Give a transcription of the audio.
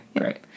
right